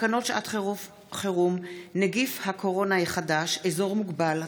תקנות שעת חירום (נגיף הקורונה החדש) (אזור מוגבל),